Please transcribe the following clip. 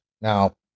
Now